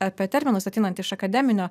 apie terminus ateinant iš akademinio